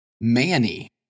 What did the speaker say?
Manny